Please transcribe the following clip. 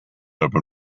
open